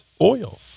oil